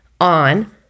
on